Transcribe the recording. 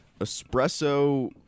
espresso